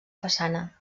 façana